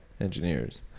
engineers